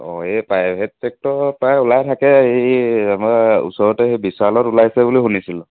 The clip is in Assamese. অঁ এই প্ৰাইভেট চেক্টৰত প্ৰায়ে ওলাই থাকে এই আমাৰ ওচৰতে সেই বিশালত ওলাইছে বুলি শুনিছিলোঁ